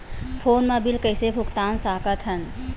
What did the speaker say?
Phone मा bill कइसे भुक्तान साकत हन?